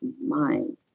mind